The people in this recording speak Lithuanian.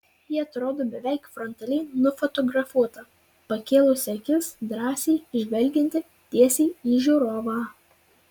ji atrodo beveik frontaliai nufotografuota pakėlusi akis drąsiai žvelgianti tiesiai į žiūrovą